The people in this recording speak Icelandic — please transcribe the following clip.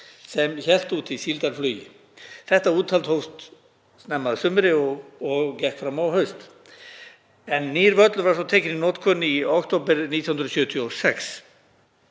sem hélt úti síldarflugi. Þetta úthald hófst snemma að sumri og gekk fram á haust. Nýr völlur var svo tekin í notkun í október 1976.